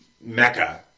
mecca